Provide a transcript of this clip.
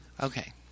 Okay